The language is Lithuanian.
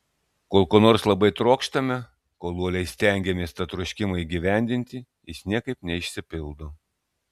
kol ko nors labai trokštame kol uoliai stengiamės tą troškimą įgyvendinti jis niekaip neišsipildo